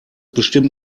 bestimmt